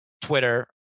Twitter